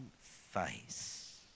face